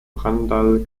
randall